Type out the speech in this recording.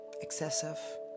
excessive